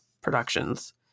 productions